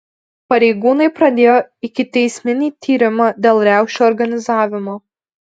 pareigūnai pradėjo ikiteisminį tyrimą dėl riaušių organizavimo